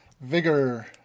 vigor